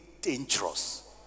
dangerous